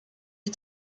ich